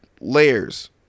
layers